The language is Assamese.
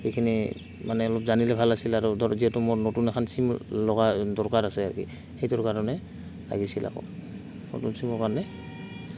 এইখিনি মানে অলপ জানিলে ভাল আছিল আৰু ধৰ যিহেতু মোৰ নতুন এখন চিম লগা দৰকাৰ আছে সেইটোৰ কাৰণে লাগিছিল আকৌ নতুন চিমৰ কাৰণে